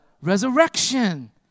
resurrection